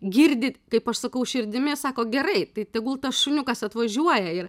girdi kaip aš sakau širdimi sako gerai tai tegul tas šuniukas atvažiuoja ir